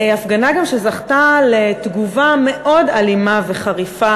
הפגנה שגם זכתה לתגובה מאוד אלימה וחריפה